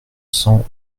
cent